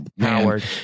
Howard